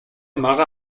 mara